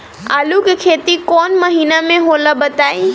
आलू के खेती कौन महीना में होला बताई?